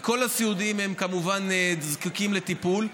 כי כל הסיעודיים כמובן זקוקים לטיפול,